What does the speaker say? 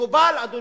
מקובל, אדוני,